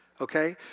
okay